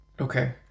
Okay